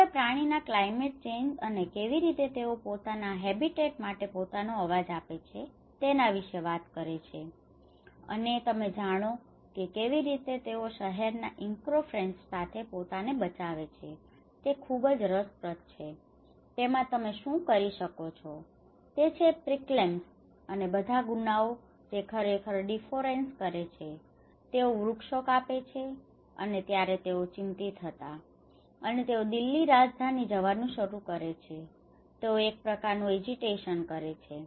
તેઓએ પ્રાણીઓના climate change અને કેવી રીતે તેઓ પોતાના હેબિટેટ માટે પોતાનો આવાજ આપે છે તેના વિશે વાત કરે છે અને તમે જાણો છો કેવી રીતે તેઓ શહેર ના ઇન્ક્રોચમેન્ટ સાથે પોતાને બચાવે છે તેથી તે ખુબ રસપ્રદ છે તેમાં તમે શું જી શકો છો તે છે પ્રીક્લેમ્સ અને બધા ગુનાઓ કે જે ખરેખર ડીફોરેસ્ટેસન કરે છે તેઓ વૃક્ષો કાપે છે અને ત્યારે તેઓ ચિંતિત હતા અને તેઓ દિલ્હી રાજધાની જવાનું શરૂ કરે છે અને તેઓ એક પ્રકારનું એજિટેશન કરે છે